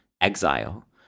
Exile